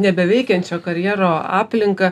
nebeveikiančio karjero aplinką